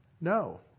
No